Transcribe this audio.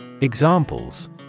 Examples